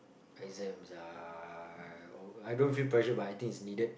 exams are oh I don't feel pressure by it but I think it's needed